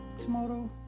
tomorrow